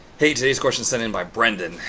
hey, today's question sent in by brendan.